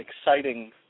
exciting